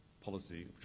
policy